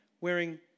wearing